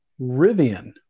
Rivian